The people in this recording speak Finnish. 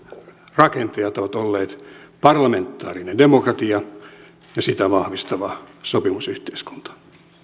rakentajat ovat olleet parlamentaarinen demokratia ja sitä vahvistava sopimusyhteiskunta